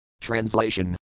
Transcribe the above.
Translation